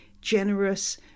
generous